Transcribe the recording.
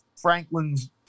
Franklin's